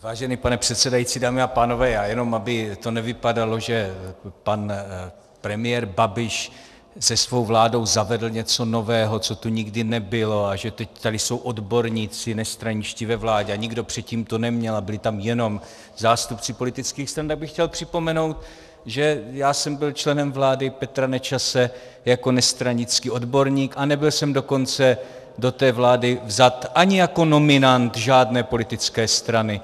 Vážený pane předsedající, dámy a pánové, já jenom aby to nevypadalo, že pan premiér Babiš se svou vládou zavedl něco nového, co tu nikdy nebylo, a že teď tady jsou nestraničtí odborníci ve vládě a nikdo předtím to neměl, byli tam jenom zástupci politických stran, tak bych chtěl připomenout, že já jsem byl členem vlády Petra Nečase jako nestranický odborník, a nebyl jsem dokonce do té vlády vzat ani jako nominant žádné politické strany.